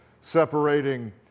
separating